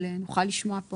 אבל נוכל לשמוע פה.